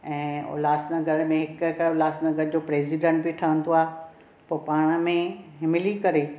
ऐं उल्हासनगर में हिकु कर उल्हासनगर जो प्रेसिडेंट बि ठहंदो आहे पोइ पाण में मिली करे